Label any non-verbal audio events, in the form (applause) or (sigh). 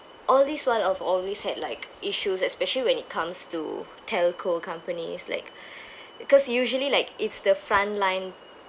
all this while I've always had like issues especially when it comes to telco companies like (breath) because usually like it's the frontline